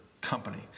company